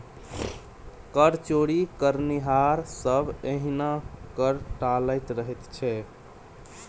कर चोरी करनिहार सभ एहिना कर टालैत रहैत छै